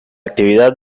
actividad